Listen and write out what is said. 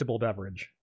beverage